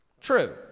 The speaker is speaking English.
true